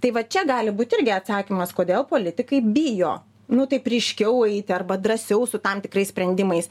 tai va čia gali būt irgi atsakymas kodėl politikai bijo nu taip ryškiau eiti arba drąsiau su tam tikrais sprendimais